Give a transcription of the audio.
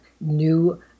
new